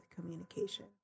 communication